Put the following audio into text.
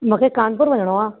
मूंखे कानपुर वञिणो आहे